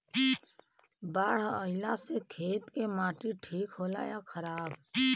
बाढ़ अईला से खेत के माटी ठीक होला या खराब?